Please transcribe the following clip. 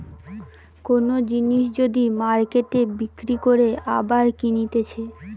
কোন জিনিস যদি মার্কেটে বিক্রি করে আবার কিনতেছে